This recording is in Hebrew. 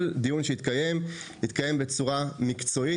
כל דיון שיתקיים יתקיים בצורה מקצועית,